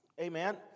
Amen